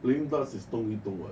playing darts is 动一动 what